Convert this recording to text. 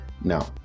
Now